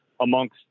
amongst